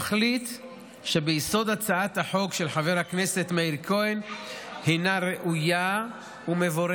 התכלית שביסוד הצעת החוק של חבר הכנסת מאיר כהן ראויה ומבורכת,